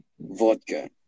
vodka